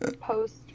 post